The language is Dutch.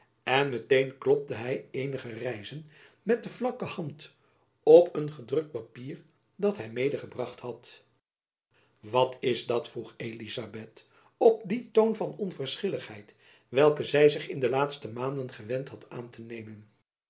en met-een klopte hy eenige reizen met de vlakke hand op een gedrukt papier dat hy medegebracht had wat is dat vroeg elizabeth op dien toon van onverschilligheid welken zy zich in de laatste maanden gewend had aan te nemen